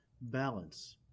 balance